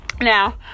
Now